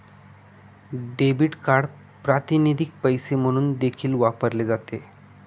debit card प्रातिनिधिक पैसे म्हणून देखील वापरले जाते